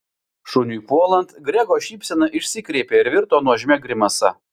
šuniui puolant grego šypsena išsikreipė ir virto nuožmia grimasa